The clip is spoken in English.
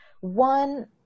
One